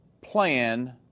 plan